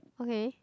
okay